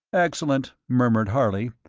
excellent, murmured harley.